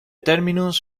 terminus